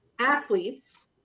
Athletes